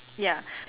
ya